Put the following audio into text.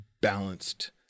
balanced